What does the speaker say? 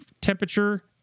temperature